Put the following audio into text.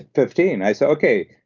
fifteen. i say, okay,